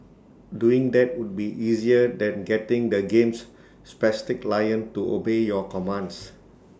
doing that would be easier than getting the game's spastic lion to obey your commands